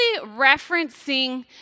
referencing